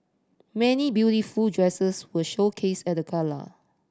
many beautiful dresses were showcase at the gala